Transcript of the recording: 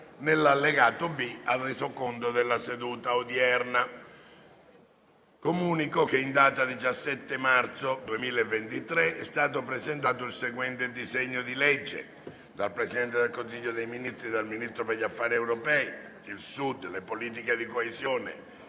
"Il link apre una nuova finestra"). Comunico che, in data 17 marzo 2023, è stato presentato il seguente disegno di legge: *dal Presidente del Consiglio dei ministri, dal Ministro per gli affari europei, il Sud, le politiche di coesione